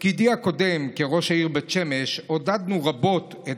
בתפקידי הקודם כראש העיר בית שמש עודדנו רבות את